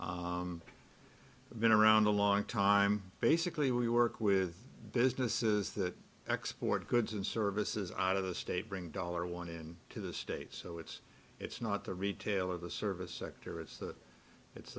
have been around a long time basically we work with businesses that export goods and services out of the state bring dollar one in to the states so it's it's not the retail or the service sector it's the it's